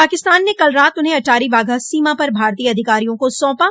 पाकिस्तान ने कल रात उन्हें अटारी वाघा सीमा पर भारतीय अधिकारियों को सौंपा